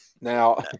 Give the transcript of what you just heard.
Now